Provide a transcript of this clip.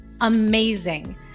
amazing